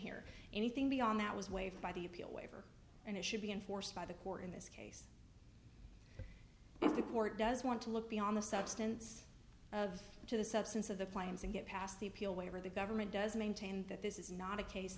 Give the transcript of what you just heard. here anything beyond that was waived by the appeal waiver and it should be enforced by the court in this case if the court does want to look beyond the substance of the to the substance of the claims and get past the appeal waiver the government does maintain that this is not a case